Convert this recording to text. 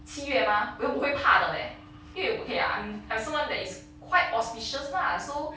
七月吗我会我会怕的咧月不可以 I'm I'm someone that is quite auspicious lah so